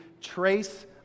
trace